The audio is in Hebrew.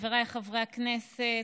חבריי חברי הכנסת,